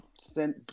send